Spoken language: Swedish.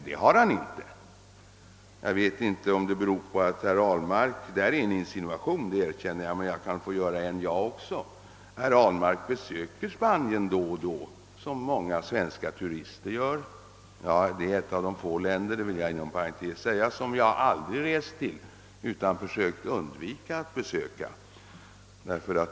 Det har han inte. Jag vet inte om det beror på att herr Ahlmark — det här är en insinuation, det erkänner jag, men jag kan få göra en sådan jag också — besöker Spanien då och då liksom många svenska turister gör. Inom parentes vill jag säga att Spanien är ett av de få länder som jag aldrig rest till utan försökt undvika att besöka.